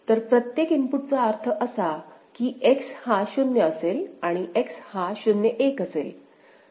तर प्रत्येक इनपुटचा अर्थ असा कि X हा 0 असेल आणि X हा 0 1 असेल